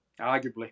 arguably